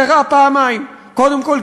זה רע פעמיים: קודם כול,